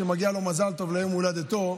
שמגיע לו מזל טוב ליום הולדתו,